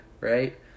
right